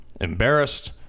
embarrassed